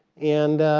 and